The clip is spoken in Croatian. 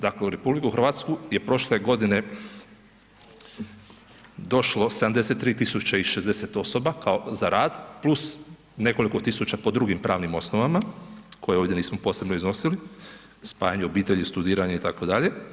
Dakle, u RH je prošle godine došlo 73.060 osoba kao za rad plus nekoliko tisuća po drugim pravnim osnovama koje ovdje nismo posebno iznosili, spajanje obitelji, studiranje itd.